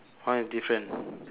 one is different